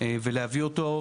ולהביא אותו,